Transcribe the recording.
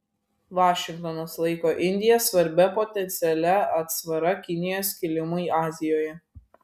vašingtonas laiko indiją svarbia potencialia atsvara kinijos kilimui azijoje